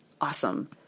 awesome